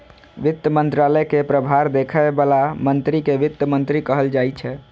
वित्त मंत्रालय के प्रभार देखै बला मंत्री कें वित्त मंत्री कहल जाइ छै